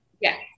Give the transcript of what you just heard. Yes